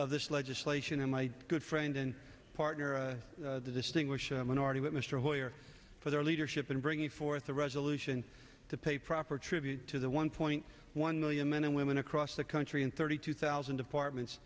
of this legislation and my good friend and partner a distinguished minority whip mr hoyer for their leadership in bringing forth a resolution to pay proper tribute to the one point one million men and women across the country and thirty two thousand departments